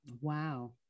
Wow